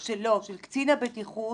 לא, של קצין הבטיחות.